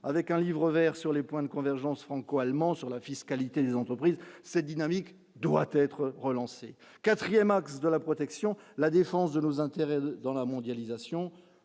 avec un livre Vert sur les points de convergence franco-allemand sur la fiscalité des entreprises, cette dynamique doit être relancée 4ème axe de la protection, la défense de nos intérêts dans la mondialisation,